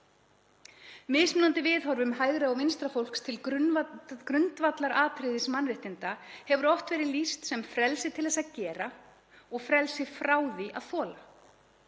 Mismunandi viðhorfum hægra og vinstra fólks til grundvallaratriða mannréttinda hefur oft verið lýst sem frelsi til að gera og frelsi frá því að þola.